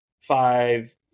five